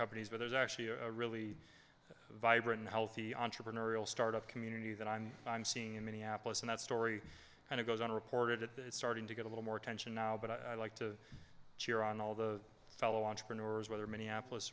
companies but there's actually a really vibrant healthy entrepreneurial startup community that i'm i'm seeing in minneapolis and that story kind of goes unreported at that starting to get a little more attention now but i'd like to cheer on all the fellow entrepreneurs whether minneapolis